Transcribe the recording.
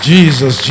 Jesus